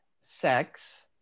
sex